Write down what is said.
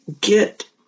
get